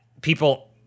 people